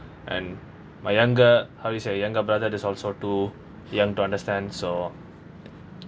and my younger how you say younger brother is also too young to understand so